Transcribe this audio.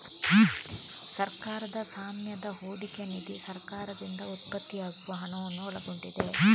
ಸರ್ಕಾರದ ಸ್ವಾಮ್ಯದ ಹೂಡಿಕೆ ನಿಧಿ ಸರ್ಕಾರದಿಂದ ಉತ್ಪತ್ತಿಯಾಗುವ ಹಣವನ್ನು ಒಳಗೊಂಡಿದೆ